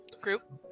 Group